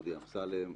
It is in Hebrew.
דודי אמסלם,